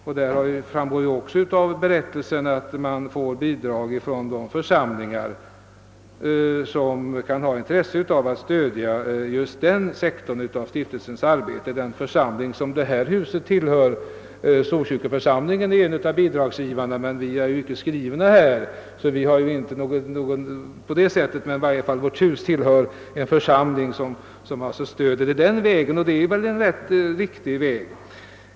Det framgår även av be 'rättelsen att man får bidrag från de för samlingar som kan ha intresse av att stödja den sektor av stiftelsens: arbete som berör just deras område. Storkyrkoförsamlingen som riksdagshuset tillhör är en av bidragsgivarna, men vi är ju inte skrivna i denna församling och har inte på det sättet några skyldigheter. Vårt hus tillhör som sagt en församling som stöder: S:t Lukasstiftelsen, denna väg och det är väl: en riktig väg.